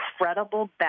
incredible